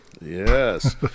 Yes